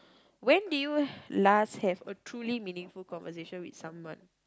when did you last have a truly meaningful conversation with someone